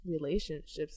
Relationships